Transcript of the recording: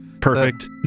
Perfect